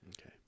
Okay